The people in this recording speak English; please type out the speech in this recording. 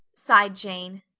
sighed jane.